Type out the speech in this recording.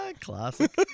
Classic